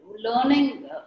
learning